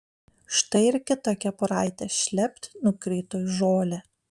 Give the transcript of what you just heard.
štai ir kita kepuraitė šlept nukrito į žolę